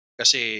kasi